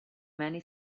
many